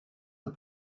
the